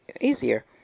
easier